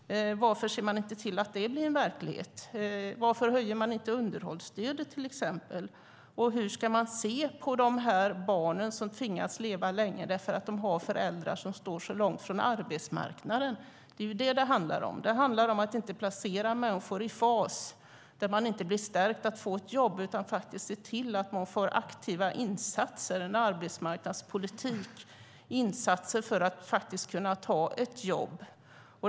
Varför ser man inte till att det blir verklighet? Varför höjer man inte till exempel underhållsstödet? Och hur ska man se på de barn som lever med föräldrar som står långt från arbetsmarknaden? Det är detta som det handlar om. Det handlar om att inte placera människor i fas där de inte blir stärkta för att kunna få ett jobb. Man måste se till att människor får aktiva insatser - en arbetsmarknadspolitik - för att de ska kunna ta ett jobb.